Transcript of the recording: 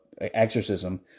exorcism